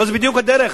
אבל זו בדיוק הדרך,